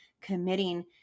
committing